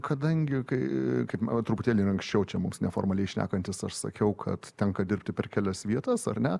kadangi kai kaip truputėlį ir anksčiau čia mums neformaliai šnekantis aš sakiau kad tenka dirbti per kelias vietas ar ne